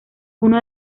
uno